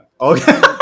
Okay